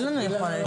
כן, ד"ר גדי, בבקשה.